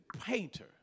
painter